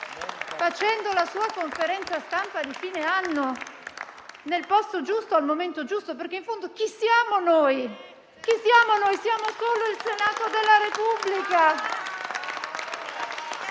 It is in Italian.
facendo la sua conferenza stampa di fine anno, nel posto giusto al momento giusto. In fondo, chi siamo noi? Noi siamo solo il Senato della Repubblica!